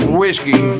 whiskey